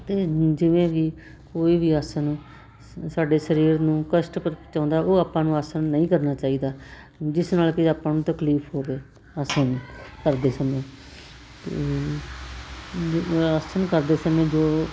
ਅਤੇ ਜਿਵੇਂ ਵੀ ਕੋਈ ਵੀ ਆਸਨ ਸਾਡੇ ਸਰੀਰ ਨੂੰ ਕਸ਼ਟ ਪਹੁੰਚਾਉਂਦਾ ਉਹ ਆਪਾਂ ਨੂੰ ਆਸਣ ਨਹੀਂ ਕਰਨਾ ਚਾਹੀਦਾ ਜਿਸ ਨਾਲ ਕਿ ਆਪਾਂ ਨੂੰ ਤਕਲੀਫ ਹੋਵੇ ਆਸਣ ਕਰਦੇ ਸਮੇਂ ਅਤੇ ਆਸਣ ਕਰਦੇ ਸਮੇਂ ਜੋ